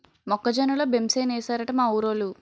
మొక్క జొన్న లో బెంసేనేశారట మా ఊరోలు